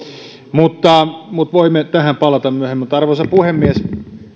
mutta mutta voimme tähän palata myöhemmin arvoisa puhemies